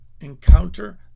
encounter